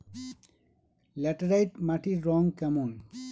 Laterite মাটির রং কেমন?